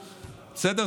בסדר,